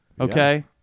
Okay